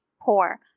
poor